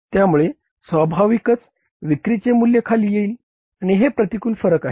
त्यामुळे स्वाभाविकच विक्रीचे मूल्य खाली येईल आणि हे प्रतिकूल फरक आहे